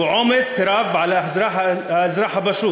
שהוא עומס רב על האזרח הפשוט.